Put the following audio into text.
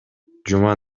жума